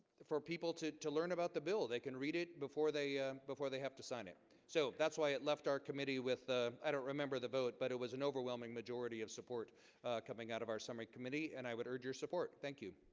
for people to to learn about the bill they can read it before they before they have to sign it so that's why it left our committee with ah i don't remember the vote but it was an overwhelming majority of support coming out of our summary committee and i would urge your support thank you